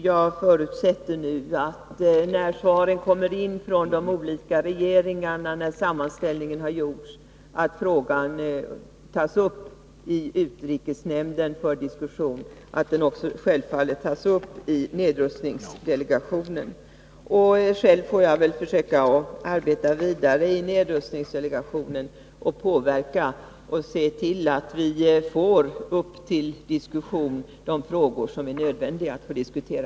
Jag förutsätter nu att — sedan svaren kommit in från de olika regeringarna och en sammanställning gjorts — frågan tas upp i utrikesnämnden för diskussion och självfallet också tas upp i nedrustningsdelegationen. Själv får jag försöka arbeta vidare i nedrustningsdelegationen och se till att vi får upp till diskussion de frågor som är nödvändiga att diskutera.